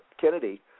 Kennedy